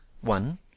one